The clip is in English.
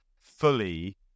fully